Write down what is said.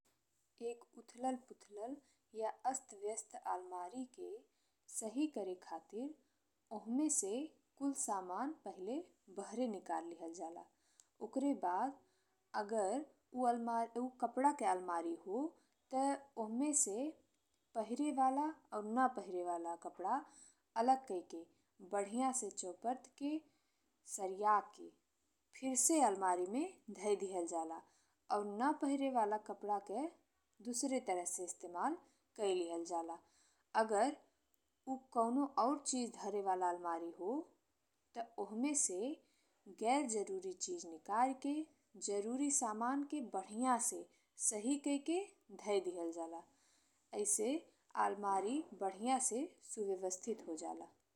एक उथलल पुथलल या अस्त व्यस्त आलमारी के सही करेके खातिर ओमे से कुल समान पहिले बहरे निकल लिहल जाला। ओकरे बाद अगर उ कपड़ा के आलमारी हो ते ओहमे से पहिरे वाला अउर ना पहिरे वाला कपड़ा अलग कइ के बढ़िया से चउपर्टी के, सरिया के फिर से आलमारी में धई दिहल जाला अउर ने पहिरे वाला कपड़ा के दूसरे तरह से इस्तेमाल कइ लिहल जाला। अगर उ कउनो अउर चीज धरे वाला आलमारी हो ते ओहमे से गैर जरूरी चीज निकारी के जरूरी सामान के बढ़िया से सही कइ के धई दिहल जाला। अइसन आलमारी बढ़िया से सुव्यवस्थित हो जाला।